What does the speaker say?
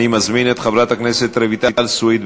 אני מזמין את חברת הכנסת רויטל סויד,